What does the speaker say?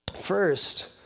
First